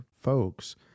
folks